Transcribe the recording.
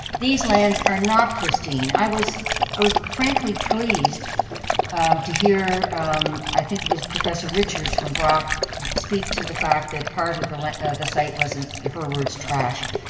these lands are not pristine. i was i was frankly pleased to hear i think it was professor richards from brock speak to the fact that part of the like the site was, in her words, trashed.